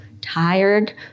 tired